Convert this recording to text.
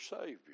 Savior